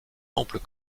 amples